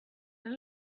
they